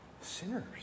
sinners